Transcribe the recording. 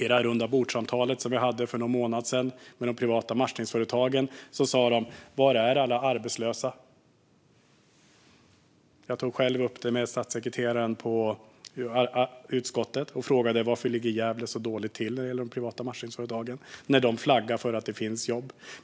I det rundabordssamtal som vi hade för någon månad sedan med de privata matchningsföretagen sa de: Var är alla arbetslösa? Jag tog själv upp detta med statssekreteraren i utskottet och frågade varför Gävle ligger så dåligt till när det gäller de privata matchningsföretagen när de flaggar för att det finns jobb.